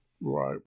Right